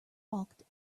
balked